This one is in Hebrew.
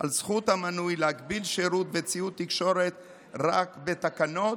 על זכות המנוי להגביל שירות וציוד תקשורת רק בתקנות,